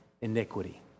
iniquity